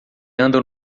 andam